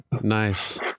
Nice